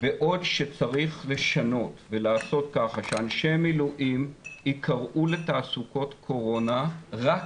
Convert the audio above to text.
בעוד שצריך לשנות ולעשות ככה שאנשי מילואים ייקראו לתעסוקות קורונה רק